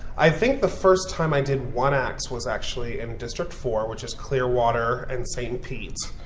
i think the first time i did one-acts was actually in district four which was clearwater and st. pete.